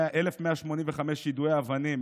1,185 יידוי אבנים,